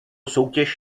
soutěž